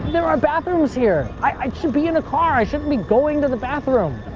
there are bathrooms here. i should be in a car. i shouldn't be going to the bathroom.